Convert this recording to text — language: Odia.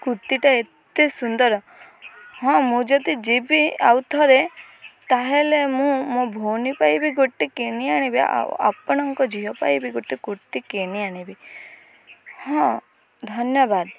କୁର୍ତ୍ତୀଟା ଏତେ ସୁନ୍ଦର ହଁ ମୁଁ ଯଦି ଯିବି ଆଉ ଥରେ ତାହେଲେ ମୁଁ ମୋ ଭଉଣୀ ପାଇଁ ବି ଗୋଟିଏ କିଣି ଆଣିବି ଆଉ ଆପଣଙ୍କ ଝିଅ ପାଇଁ ବି ଗୋଟିଏ କୁର୍ତ୍ତୀ କିଣି ଆଣିବି ହଁ ଧନ୍ୟବାଦ